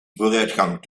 vooruitgang